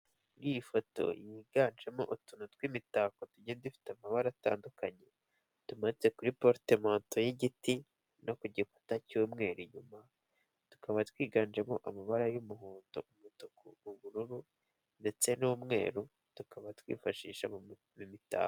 Muri iyi foto yiganjemo utuntu tw'imitako tugenda dufite amabara atandukanye tumanitse kuri poritemento y'igiti no ku gikuta cy'umweru. Inyuma tukaba twiganjemo amabara y'umuhondo, umutuku, ubururu ndetse n'umweru. Tukaba twifashisha Imitako.